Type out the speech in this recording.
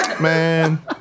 Man